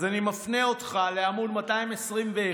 אז אני מפנה אותך לעמ' 221,